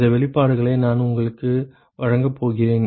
இந்த வெளிப்பாடுகளை நான் உங்களுக்கு வழங்கப் போகிறேன்